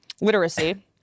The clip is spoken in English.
literacy